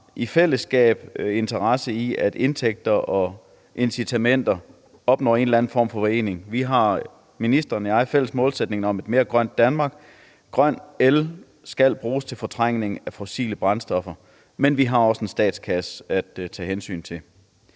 i fællesskab en interesse i, at indtægter og incitamenter opnår en eller anden form for forening. Ministeren og jeg har en fælles målsætning om et mere grønt Danmark. Grøn el skal bruges til fortrængning af fossile brændstoffer, men vi har også en statskasse at tage hensyn til.